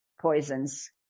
poisons